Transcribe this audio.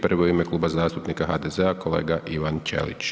Prvo u ime Kluba zastupnika HDZ-a kolega Ivan Ćelić.